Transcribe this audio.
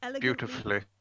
Beautifully